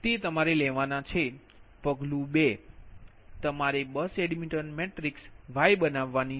પગલું 2 તમારે બસ એડમિટન્સ મેટ્રિક્સ Y બનાવવાની છે